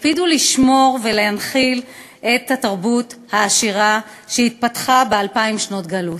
הקפידו לשמור ולהנחיל את התרבות העשירה שהתפתחה באלפיים שנות גלות.